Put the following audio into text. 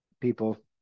people